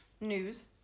News